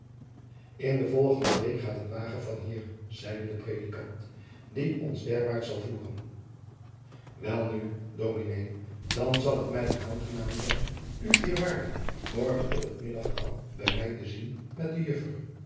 in de volgende week gaat een wagen van hier zeide de predikant die ons derwaart zal voeren welnu dominé dan zal het mij aangenaam zijn u eerwaarde morgen op het middagmaal bij mij te zien met de juffer